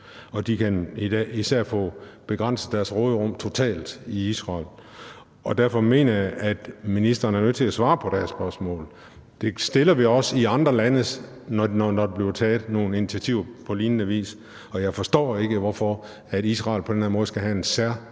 kan de få begrænset deres råderum totalt i Israel. Derfor mener jeg, at ministeren er nødt til at svare på det spørgsmål. Det stiller vi også i forhold til andre lande, når der bliver taget nogle initiativer på lignende vis. Jeg forstår ikke, hvorfor Israel på en eller anden måde skal have en særstatus,